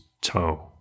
toe